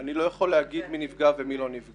אני לא יכול לומר מי נפגע ומי לא נפגע,